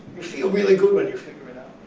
you feel really good when you figure it out.